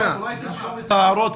אולי תרשום את ההערות,